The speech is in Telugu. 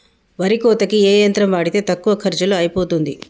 వరి కోతకి ఏ యంత్రం వాడితే తక్కువ ఖర్చులో అయిపోతుంది?